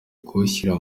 kuwushyira